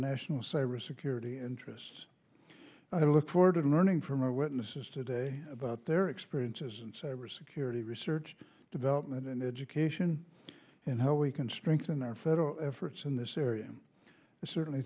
national cybersecurity interests i look forward to learning from our witnesses today about their experiences and cybersecurity research development and education and how we can strengthen our federal efforts in this area and certainly